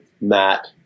Matt